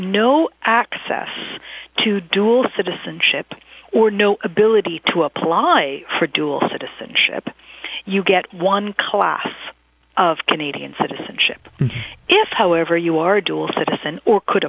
no access to dual citizenship or no ability to apply for dual citizenship you get one class of canadian citizenship if however you are a dual citizen or could